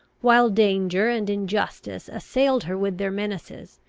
while danger and injustice assailed her with their menaces,